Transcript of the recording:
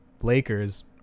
Lakers